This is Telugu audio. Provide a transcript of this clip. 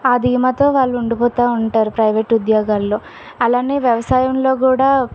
ఆ ధీమాతో వాళ్ళు ఉండిపోతా ఉంటారు ప్రైవేట్ ఉద్యోగాలలో అలానే వ్యవసాయంలో కూడా